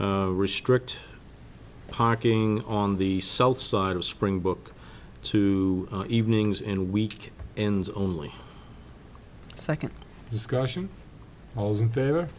restrict parking on the south side of spring book two evenings and week ends only second discussion i wasn't there